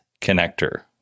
connector